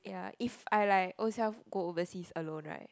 ya if I like ourselves go overseas alone right